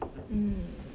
mm